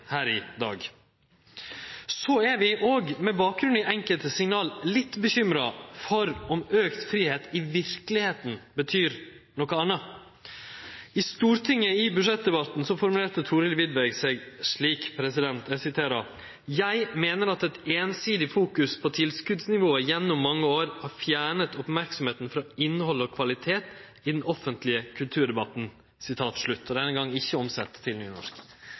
her i dag. Så er vi òg – med bakgrunn i enkelte signal – litt bekymra for om auka fridom i verkelegheita betyr noka anna. I budsjettdebatten i Stortinget formulerte Thorhild Widvey seg slik: «Jeg mener at et ensidig fokus på tilskuddsnivået gjennom mange år har fjernet oppmerksomheten fra innhold og kvalitet i den offentlige kulturdebatten.» – og denne gangen ikkje omsett til nynorsk.